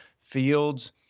fields